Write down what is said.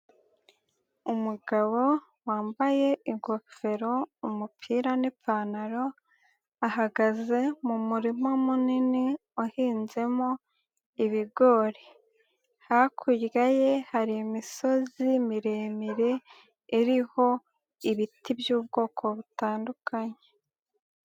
Umugabo wambaye ingofero, umupira n'ipantaro, ahagaze mu murima munini uhinzemo ibigori, hakurya ye hari imisozi miremire iriho ibiti by'ubwoko butandukanye.